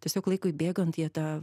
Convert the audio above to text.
tiesiog laikui bėgant jie tą